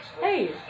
Hey